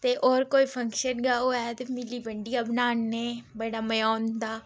ते होर कोई फंक्शन गै होवै ते मिली बंडियै बनान्ने बड़ा मज़ा औंदा